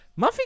Muffy